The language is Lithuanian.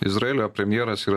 izraelio premjeras yra